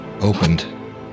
opened